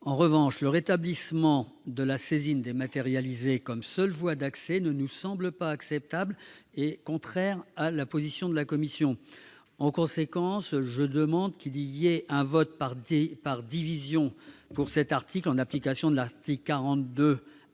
En revanche, le rétablissement de la saisine dématérialisée comme seule voie d'accès ne nous semble pas acceptable. Elle est contraire à la position de la commission. En conséquence, je demande que l'amendement soit mis aux voix par division, en application de l'article 42,